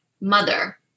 mother